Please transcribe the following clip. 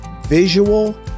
visual